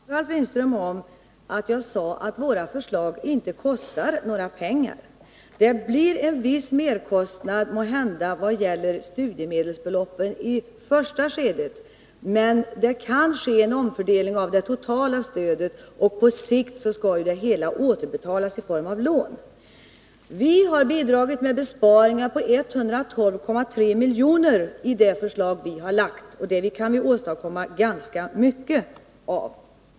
Herr talman! Jag vill erinra Ralf Lindström om att jag sade att våra förslag inte kostar några pengar. Det blir måhända en viss merkostnad i det första skedet vad gäller studiemedelsbeloppen, men det kan ske en omfördelning av det totala stödet, och på sikt skulle det hela återbetalas eftersom stödet ges i form av lån. Vi har bidragit med besparingar på 112,3 miljoner i det förslag som vi lagt fram, och det kan vi genomföra ganska mycket med.